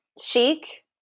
chic